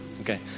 Okay